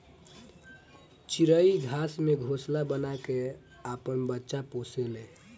चिरई घास से घोंसला बना के आपन बच्चा पोसे ले